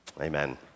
amen